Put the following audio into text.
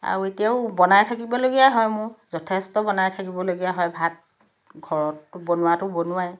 আৰু এতিয়াও বনাই থাকিবলগীয়া হয় মোৰ যথেষ্ট বনাই থাকিবলগীয়া হয় ভাত ঘৰতটো বনোৱাটো বনোৱাই